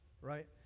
right